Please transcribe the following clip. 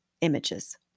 images